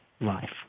life